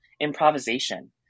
improvisation